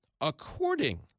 according